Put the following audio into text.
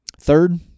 Third